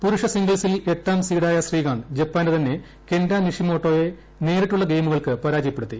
പുരുഷ സിംഗിൾസിൽ എട്ടാം സീഡായ ശ്രീകാന്ത് ജപ്പാന്റെ തന്നെ കെന്റ്റ നിഷിമോട്ടോയെ നേരിട്ടുളള ഗെയിമുകൾക്ക് പരാജയപ്പെടുത്തി